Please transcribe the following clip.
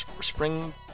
Spring